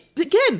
again